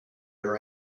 our